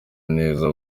neza